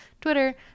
Twitter